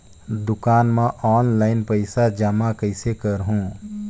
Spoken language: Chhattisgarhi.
दुकान म ऑनलाइन पइसा जमा कइसे करहु?